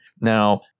Now